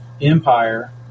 empire